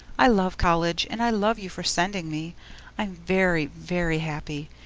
i love college and i love you for sending me i'm very, very happy,